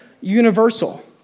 universal